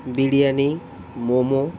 biryani momo